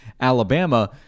Alabama